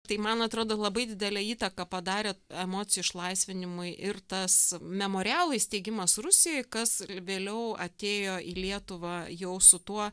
tai man atrodo labai didelę įtaką padarė emocijų išlaisvinimui ir tas memorialo įsteigimas rusijoj kas vėliau atėjo į lietuvą jau su tuo